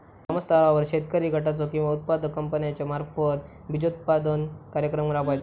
ग्रामस्तरावर शेतकरी गटाचो किंवा उत्पादक कंपन्याचो मार्फत बिजोत्पादन कार्यक्रम राबायचो?